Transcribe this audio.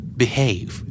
behave